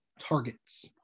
targets